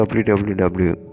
www